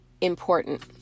important